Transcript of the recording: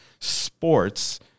Sports